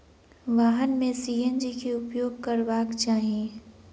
वाहन में सी.एन.जी के उपयोग करबाक चाही